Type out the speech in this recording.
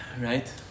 Right